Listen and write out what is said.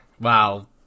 Wow